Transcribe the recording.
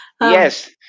Yes